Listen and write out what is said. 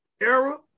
era